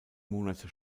monate